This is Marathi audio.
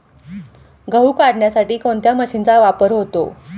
गहू काढण्यासाठी कोणत्या मशीनचा वापर होतो?